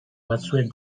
batzuen